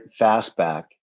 fastback